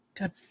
God